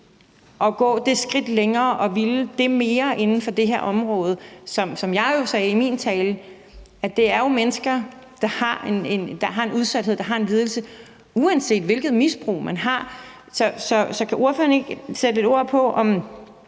at gå det skridt længere og ville det mere inden for det her område? Som jeg jo sagde i min tale, er det mennesker, der har en udsathed, og som har en lidelse, uanset hvilket misbrug man har. Så kan ordføreren ikke sætte ord på, om